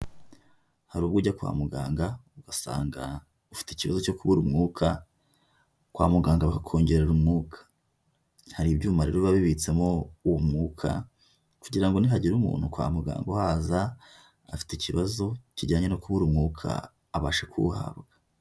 Hari ubwo ujya kwa muganga ugasanga ufite ikibazo cyo kubura umwuka, kwa muganga bakakongerera umwuka. Hari ibyuma rero biba bibitsemo uwo mwuka kugira ngo nihagira umuntu kwa muganga uhaza afite ikibazo kijyanye no kubura umwuka, abasha kuwuhabwa.